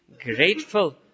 grateful